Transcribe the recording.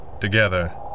Together